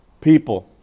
people